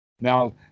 Now